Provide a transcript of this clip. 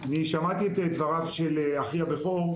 אני שמעתי את דבריו של אחי הבכור,